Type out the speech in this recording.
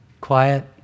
Quiet